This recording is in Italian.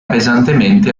pesantemente